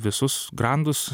visus grandus